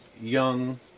young